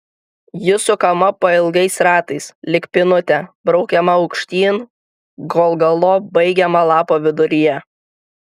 ji sukama pailgais ratais lyg pynutė braukiama aukštyn kol galop baigiama lapo viduryje